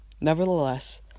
Nevertheless